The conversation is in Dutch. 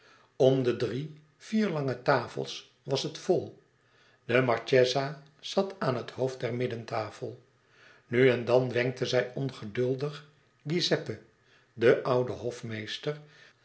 om de drie vier lange tafels was het vol de marchesa zat aan het hoofd der middentafel nu en dan wenkte zij ongeduldig giuseppe den ouden hofmeester